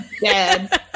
dead